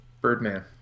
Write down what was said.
Birdman